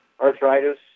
arthritis